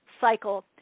cycle